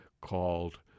called